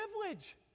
privilege